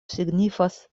signifas